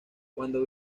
cuando